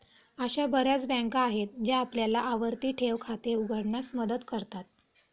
अशा बर्याच बँका आहेत ज्या आपल्याला आवर्ती ठेव खाते उघडण्यास मदत करतात